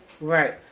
Right